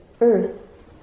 earth